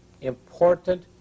important